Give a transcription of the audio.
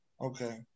Okay